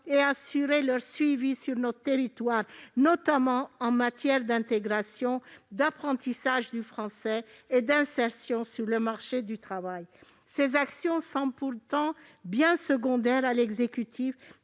et à assurer leur suivi sur notre territoire, notamment en matière d'intégration, d'apprentissage du français et d'insertion sur le marché du travail. Ces actions semblent néanmoins bien secondaires à l'exécutif,